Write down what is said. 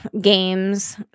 games